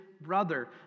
brother